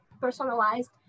personalized